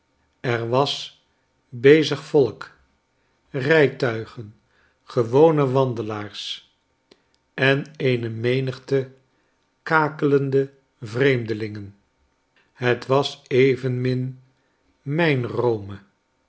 er was bezig h volk rijtuigen gewone wandelaars en eene menigtekakelende vreemdelingen het was evenmin mijnrome het rome